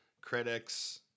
critics